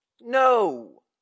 No